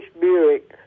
Buick